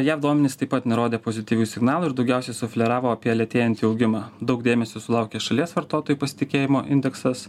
jav duomenys taip pat nerodė pozityvių signalų ir daugiausiai sufleravo apie lėtėjantį augimą daug dėmesio sulaukė šalies vartotojų pasitikėjimo indeksas